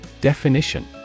Definition